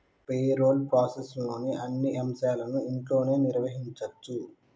payroll ప్రాసెస్లోని అన్ని అంశాలను ఇంట్లోనే నిర్వహించచ్చు